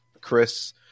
Chris